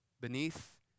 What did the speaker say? beneath